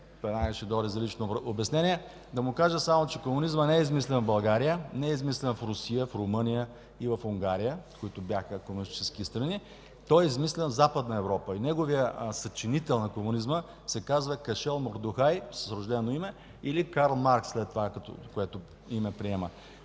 веднага ще дойде за лично обяснение, да му кажа само, че комунизмът не е измислен в България, не е измислен в Русия, в Румъния и в Унгария, които бяха комунистически страни. Той е измислен в Западна Европа. Съчинителят на комунизма се казва Кашел Мордохай – с рождено име, или Карл Маркс, което име приема.